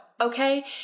Okay